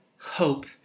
hope